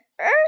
earth